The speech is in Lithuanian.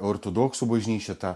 ortodoksų bažnyčia tą